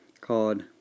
called